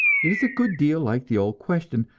it is a good deal like the old question,